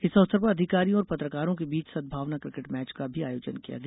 इस अवसर पर अधिकारियों और पत्रकारो के बीच सद्भावना किकेट मैच का भी आयोजन किया गया